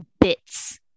bits